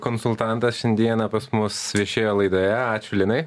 konsultantas šiandieną pas mus viešėjo laidoje ačiū linai